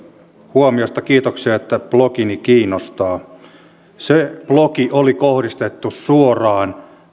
huomiosta kiitoksia että blogini kiinnostaa se blogi oli kohdistettu suoraan